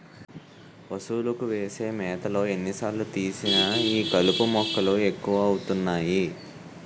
పశువులకు వేసే మేతలో ఎన్ని సార్లు తీసినా ఈ కలుపు మొక్కలు ఎక్కువ అవుతున్నాయి